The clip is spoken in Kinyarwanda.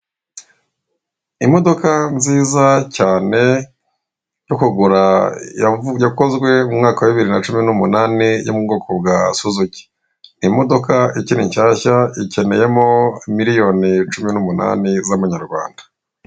Imodoka nziza cyane yo kugura yakozwe mu mwaka wa bibiri na cumi n'umunani yo mu bwoko bwa suzuki, imodoka ikiri nshyashya ikeneyemo miliyoni cumi n'umunani z'amanyarwanda.